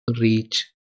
reach